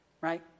Right